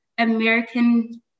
American